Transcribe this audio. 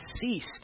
ceased